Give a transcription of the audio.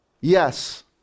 yes